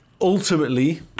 ultimately